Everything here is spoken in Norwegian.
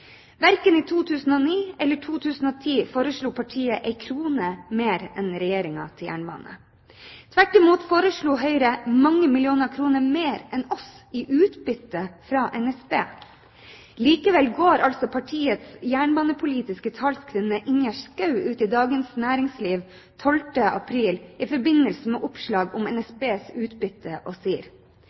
Verken i 2009 eller i 2010 foreslo partiet en krone mer enn Regjeringen til jernbane. Tvert imot foreslo Høyre mange millioner kroner mer enn oss i utbytte fra NSB. Likevel går altså partiets jernbanepolitiske talskvinne Ingjerd Schou ut i Dagens Næringsliv 12. april, i forbindelse med oppslag om NSBs utbytte, og sier: